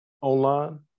online